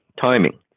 timing